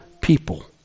people